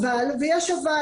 אבל ויש אבל